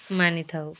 ମାନିଥାଉ